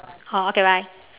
oh okay bye